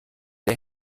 der